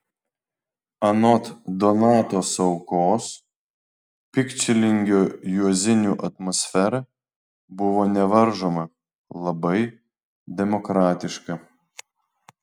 anot donato saukos pikčilingio juozinių atmosfera buvo nevaržoma labai demokratiška